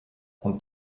und